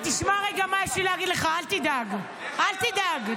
אני רוצה להתייחס בשני משפטים למה שהיה כאן עם שלמה